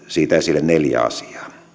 siitä esille neljä asiaa